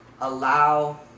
allow